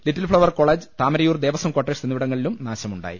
little flower college Thamarayur Devaswom quarters എന്നിവിടങ്ങളിലും നാശമുണ്ടായി